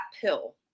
pill